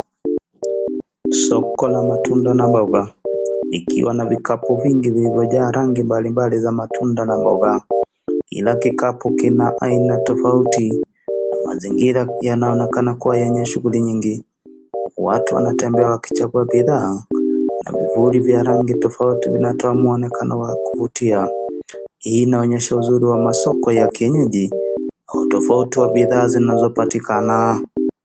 Soko la matunda na mboga likiwa na vikapu vingi vilivyojaa rangi mbalimbali za matunda na mboga. Kila kikapu kina aina tofauti na mazingira yanaonekana kuwa yenye shughuli nyingi. Watu wanatembea wakichagua bidhaa, na vivuli vya rangi tofauti vinatoa mwonekano wa kuvutia. Hii inaonyesha uzuri wa masoko ya kienyeji na utofauti wa bidhaa zinazopatikana.